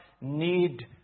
need